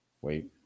Wait